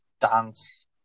dance